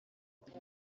kuba